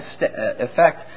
effect